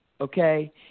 okay